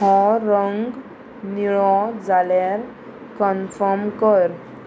हो रंग निळो जाल्यार कन्फर्म कर